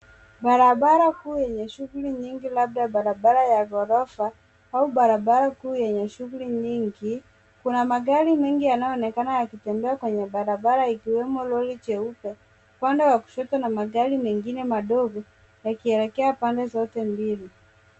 Barabara kuu yenye shughuli nyingi labda barabara ya ghorofa au barabara kuu yenye shughuli nyingi kuna magari mengi yanayoonekana yakitembea kwenye barabara iliyomo lori jeupe. Upande wa kushoto na magari mengine madogo yakielekea pande zote mbili.